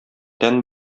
тән